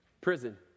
Prison